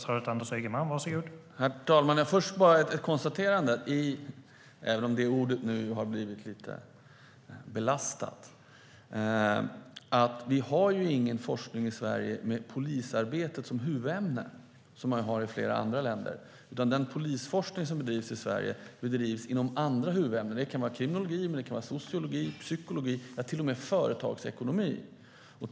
Herr talman! Först bara ett konstaterande, även om det ordet nu har blivit lite belastat: Vi har ingen forskning i Sverige med polisarbetet som huvudämne, som man har i flera andra länder. Den polisforskning som bedrivs i Sverige bedrivs inom andra huvudämnen. Det kan vara kriminologi, sociologi, psykologi och till och med företagsekonomi.